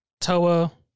Toa